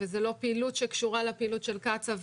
וזאת לא פעילות שקשורה לפעילות של קצא"א,